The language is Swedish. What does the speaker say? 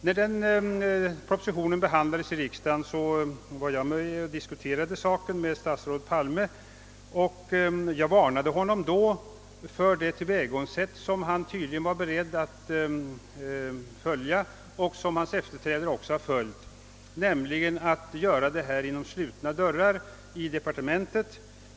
När den propositionen behandlades i riksdagen, var jag med och diskuterade med statsrådet Palme, och jag varnade honom då för det tillvägagångssätt som han tydligen var beredd att tillämpa och som hans efterträdare också har tillämpat, nämligen att bedriva arbetet bakom slutna dörrar i departementet.